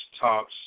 Talks